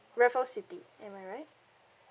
raffles city am I right